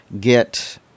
get